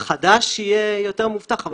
החדש יהיה יותר מאובטח,